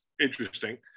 interesting